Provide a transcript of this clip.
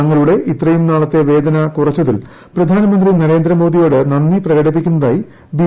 തങ്ങളുടെ ഇത്രയും നാളത്തെ വേദന കുറച്ചതിൽ പ്രധാനമന്ത്രി നരേന്ദ്ര മോദിയോട് നന്ദി പ്രകടിപ്പിക്കുന്നതായി ബി